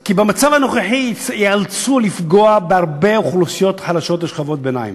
כי במצב הנוכחי ייאלצו לפגוע בהרבה אוכלוסיות חלשות ובשכבות הביניים.